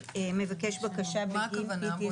שמבקש בקשה בגין PTSD. מה הכוונה?